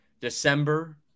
December